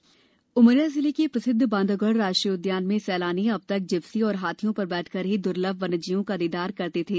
बांधवगढ़ उमरिया जिले के प्रसिद्ध बांधवगढ़ राष्ट्रीय उद्यान मे सैलानी अब तक जिप्सी और हाथियों पर बैठ कर ही दुर्लभ वन्यजीवों का दीदार करते थे